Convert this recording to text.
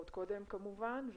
עוד קודם כמובן,